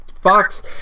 Fox